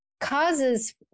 causes